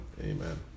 Amen